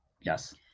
yes